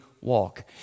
walk